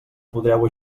podreu